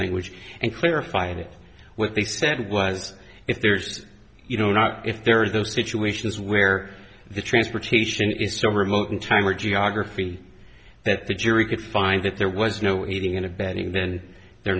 language and clarifying what they said was if there's you know not if there are those situations where the transportation is so remote in time or geography that the jury could find that there was no aiding and abetting then they're